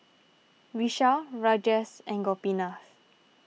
Vishal Rajesh and Gopinath